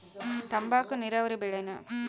ತಂಬಾಕು ನೇರಾವರಿ ಬೆಳೆನಾ?